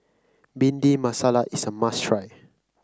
Bhindi Masala is a must try